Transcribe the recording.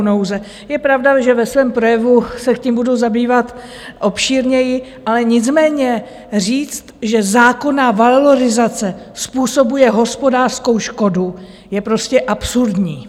Je pravda, že ve svém projevu se tím budu zabývat obšírněji, ale nicméně říct, že zákonná valorizace způsobuje hospodářskou škodu, je prostě absurdní.